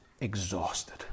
exhausted